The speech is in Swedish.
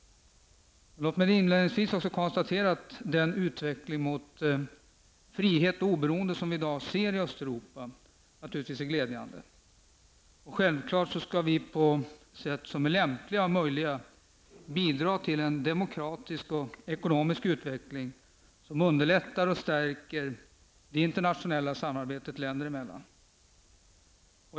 Låt mig inledningsvis konstatera att den utveckling mot frihet och oberoende som vi i dag ser i Östeuropa är glädjande. Självfallet skall vi på sätt som är lämpliga och möjliga bidra till en demokratisk och ekonomisk utveckling, som underlättar och stärker det internationella samarbetet länder emellan.